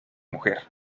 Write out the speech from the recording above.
mujer